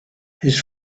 his